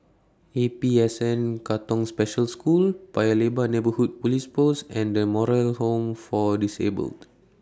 A P S N Katong Special School Paya Lebar Neighbourhood Police Post and The Moral Home For Disabled